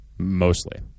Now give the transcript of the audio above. Mostly